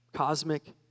Cosmic